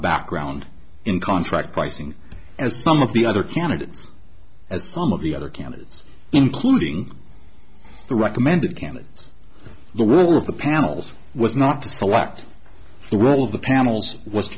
background in contract quiting as some of the other candidates as some of the other candidates including the recommended candidates the will of the panels was not to select the will of the panels was